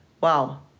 wow